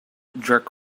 jerk